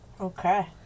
Okay